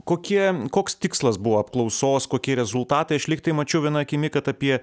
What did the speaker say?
kokie koks tikslas buvo apklausos kokie rezultatai aš lygtai mačiau viena akimi kad apie